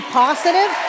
positive